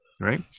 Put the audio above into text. right